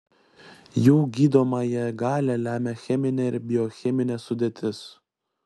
jų gydomąją galią lemia cheminė ir biocheminė sudėtis